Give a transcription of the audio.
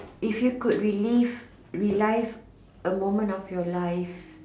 if you could relive relive a moment of your live